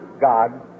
God